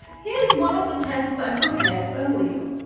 here's one of the tests i prepared earlier,